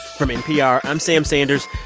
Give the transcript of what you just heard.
from npr, i'm sam sanders.